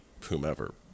whomever